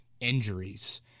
injuries